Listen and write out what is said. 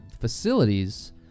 facilities